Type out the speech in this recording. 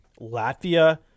Latvia